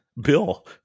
Bill